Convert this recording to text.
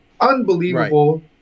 Unbelievable